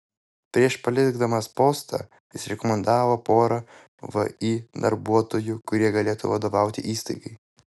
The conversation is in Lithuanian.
prieš palikdamas postą jis rekomendavo porą vį darbuotojų kurie galėtų vadovauti įstaigai